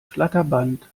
flatterband